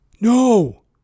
no